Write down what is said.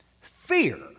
Fear